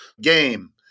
game